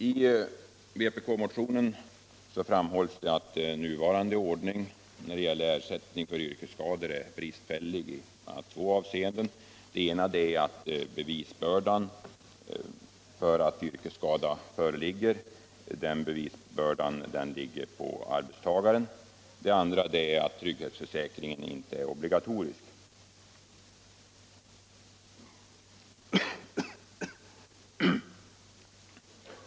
I vpk-motionen framhålls att den nuvarande ordningen när det gäller ersättning för yrkesskador är bristfällig i bl.a. två avseenden. Det ena är att bevisbördan ligger på arbetstagaren, som måste kunna styrka att yrkesskada föreligger. Det andra är att trygghetsförsäkringen inte är obligatorisk.